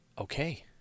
Okay